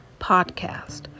Podcast